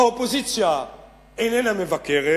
האופוזיציה איננה מבקרת,